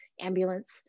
ambulance